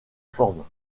forment